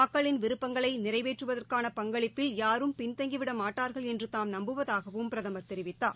மக்களின் விருப்பங்களை நிறைவேற்றுவதற்கான பங்களிப்பில் யாரும் பின்தங்கிவிட மாட்டார்கள் என்று தாம் நம்புவதாகவும் பிரதமர் தெரிவித்தார்